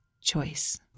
Choice